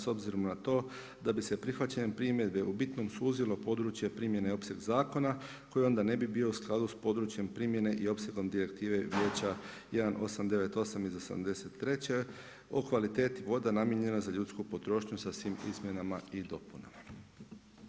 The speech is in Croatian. S obzirom na to da bi se prihvaćanjem primjedbe u bitnom suzilo područje primjene i opseg zakona koji onda ne bi bio u skladu sa područjem primjene i opsegom Direktive vijeća 1898 iz '83. o kvaliteti vode namijenjene za ljudsku potrošnju sa svim izmjenama i dopunama.